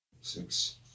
Six